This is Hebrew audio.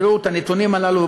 הנתונים הללו,